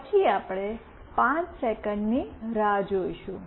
પછી આપણે 5 સેકંડની રાહ જોશું